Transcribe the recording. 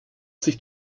sich